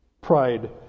pride